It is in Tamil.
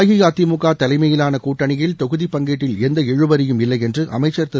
அஇஅதிமுக தலைமையிலான கூட்டணியில் தொகுதி பங்கீட்டில் எந்த இழுபறியும் இல்லை என்று அமைச்சர் திரு